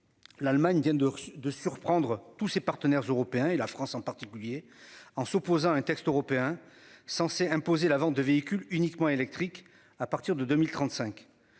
L'Allemagne vient de de surprendre tous ses partenaires européens et la France en particulier en s'opposant un texte européen censé imposer la vente de véhicules uniquement électrique à partir de 2035.